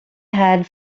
had